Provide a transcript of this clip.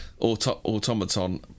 automaton